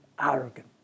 Arrogant